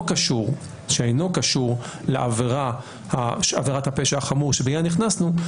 קשור לעבירת הפשע החמור בגינה נכנסנו,